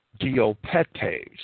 diopetes